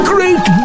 Great